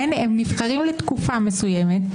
הם נבחרים לתקופה מסוימת.